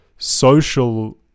Social